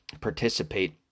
participate